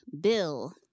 Bill